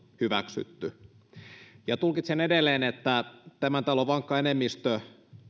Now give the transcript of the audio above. hyväksytty tulkitsen edelleen että tämän talon vankka enemmistö